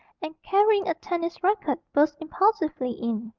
and carrying a tennis racket, burst impulsively in.